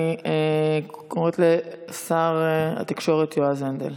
אני קוראת לשר התקשורת יועז הנדל.